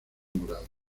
morada